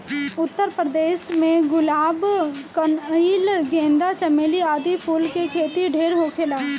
उत्तर प्रदेश में गुलाब, कनइल, गेंदा, चमेली आदि फूल के खेती ढेर होखेला